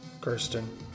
Kirsten